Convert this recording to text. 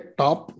top